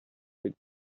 with